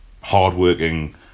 hardworking